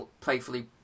playfully